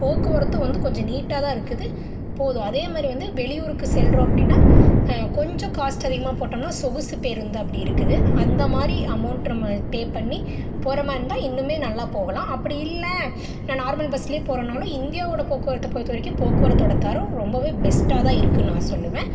போக்குவரத்து வந்து கொஞ்சம் நீட்டாகதான் இருக்குது போதும் அதேமாதிரி வந்து வெளியூருக்கு செல்கிறோம் அப்டின்னா கொஞ்சம் காஸ்ட் அதிகமாக போட்டோம்னா சொகுசு பேருந்து அப்படி இருக்குது அந்த மாதிரி அமௌண்ட் நம்ம பே பண்ணி போகிற மாதிரி இருந்தால் இன்னும்மே நல்லா போகலாம் அப்படி இல்லை நான் நார்மல் பஸ்லையே போகிறன்னாலும் இந்தியாவோடய போக்குவரத்தை பொறுத்த வரைக்கும் போக்குவரத்தோட தரம் ரொம்பவே பெஸ்ட்டாகதான் இருக்குதுன்னு நான் சொல்லுவேன்